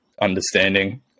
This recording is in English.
understanding